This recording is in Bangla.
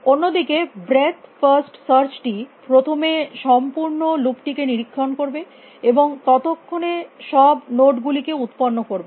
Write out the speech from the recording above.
অন্য দিকে ব্রেথ ফার্স্ট সার্চ টি প্রথমে সম্পূর্ণ লুপ টিকে নিরীক্ষণ করবে এবং ততক্ষণের সব নোড গুলিকে উত্পন্ন করবে